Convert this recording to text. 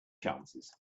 chances